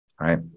right